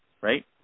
right